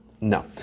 No